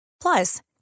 Plus